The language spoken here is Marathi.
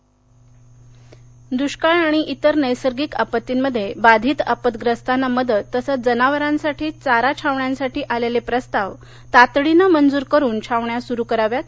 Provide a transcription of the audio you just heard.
दष्काळ उपाययोजना दृष्काळ आणि इतर नैसर्गिक आपत्तीमध्ये बाधित आपद्यस्तांना मदत तसंच जनावरांसाठी चारा छावण्यांसाठी आलेले प्रस्ताव तातडीनं मंजूर करून छावण्या सुरू कराव्यात